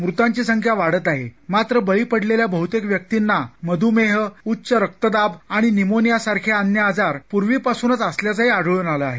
मुतांची संख्या वाढत आहे मात्र बळी पडलेल्या बहतेक व्यक्तींना मध्मेह उच्च रक्तदाब आणि निमोनिया सारखे अन्य आजार पूर्वींपासूनच असल्याचं आढळून आलं आहे